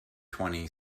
twenty